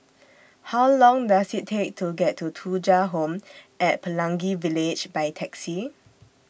How Long Does IT Take to get to Thuja Home At Pelangi Village By Taxi